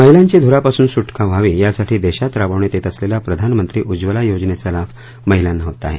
महिलांची ध्रापासून सुटका व्हावी यासाठी देशात राबवण्यात येत असलेल्या प्रधानमंत्री उज्वला योजनचा लाभ महिलांना होत आहे